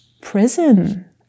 prison